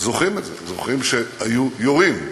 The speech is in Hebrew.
זוכרים את זה, זוכרים שהיו יורים,